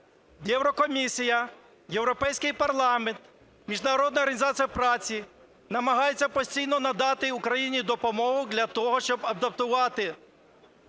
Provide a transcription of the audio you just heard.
Єврокомісія, Європейський парламент, Міжнародна організація праці намагаються постійно надати Україні допомогу для того, щоб адаптувати